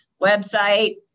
website